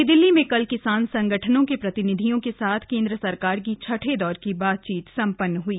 नई दिल्ली में कल किसान संगठनों के प्रतिनिधियों के साथ केन्द्र सरकार की छठे दौर की बातचीत सम्पन्न हई